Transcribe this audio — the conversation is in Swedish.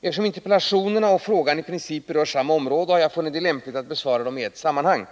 Eftersom interpellationerna och frågan i princip berör samma område har jag funnit det lämpligt att besvara dem i ett sammanhang.